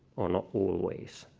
or not always.